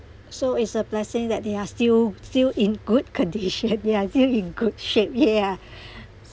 so is a blessing that they are still still in good condition they are still in good shape yeah